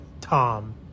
Tom